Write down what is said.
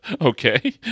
okay